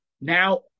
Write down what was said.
now